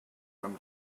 from